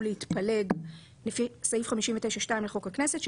להתפלג לפי סעיף 59(2) לחוק הכנסת,